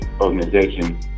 organization